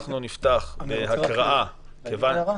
נפתח בהקראה --- אני רוצה להעיר הערה.